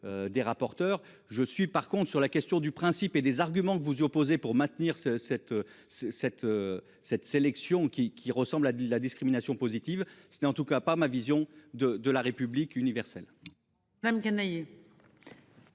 Des rapporteurs. Je suis par contre sur la question du principe et des arguments que vous y opposer pour maintenir ce cette cette. Cette sélection qui qui ressemble à de la discrimination positive. C'était en tout cas pas ma vision de de la République universelle.